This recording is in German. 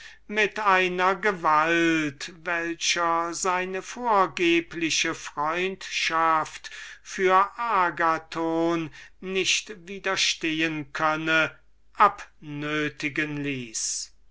mit einer gewalt welcher seine vergebliche freundschaft für agathon nicht widerstehen konnte abnötigen ließ